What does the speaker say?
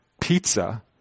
Pizza